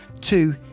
two